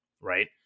right